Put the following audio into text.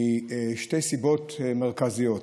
משתי סיבות מרכזיות: